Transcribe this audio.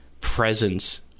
presence